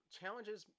challenges